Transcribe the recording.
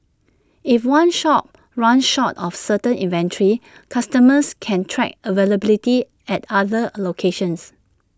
if one shop runs short of certain inventory customers can track availability at other locations